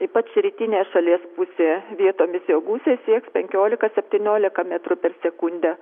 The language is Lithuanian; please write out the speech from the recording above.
ypač rytinėje šalies pusėje vietomis jo gūsiai sieks penkiolika septyniolika metrų per sekundę